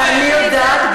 ואני יודעת,